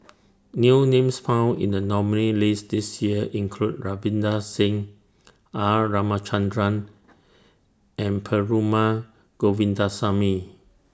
New Names found in The nominees' list This Year include Ravinder Singh R Ramachandran and Perumal Govindaswamy